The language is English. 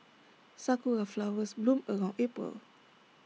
Sakura Flowers bloom around April